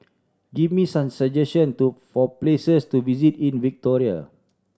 give me some suggestion to for places to visit in Victoria